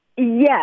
Yes